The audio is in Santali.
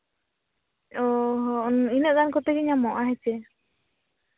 ᱚ ᱦᱚᱸ ᱤᱱᱟᱹᱜ ᱜᱟᱱ ᱠᱚᱛᱮ ᱜᱮ ᱧᱟᱢᱚᱜᱼᱟ ᱦᱮᱥᱮ